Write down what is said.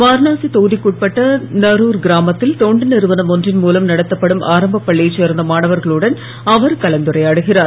வாரணாசி தொகுதிக்குட்பட்ட நகுர கிராமத்தில் தொண்டு நிறுவனம் ஒன்றின் மூலம் நடத்தப்படும் ஆரம்பப்பள்ளியைச் சேர்ந்த மாணவர்களுடன் அவர் கலந்துரையாடுகிறார்